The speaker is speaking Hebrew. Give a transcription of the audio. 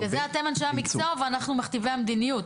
בגלל זה אתם אנשי המקצוע ואנחנו מכתיבי המדיניות.